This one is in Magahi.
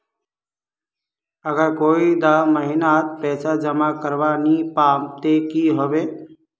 अगर कोई डा महीनात पैसा जमा करवा नी पाम ते की होबे?